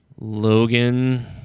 Logan